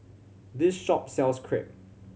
this shop sells Crepe